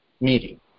meeting